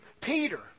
Peter